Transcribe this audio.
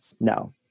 No